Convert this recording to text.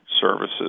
services